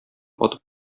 атып